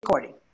Recording